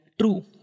true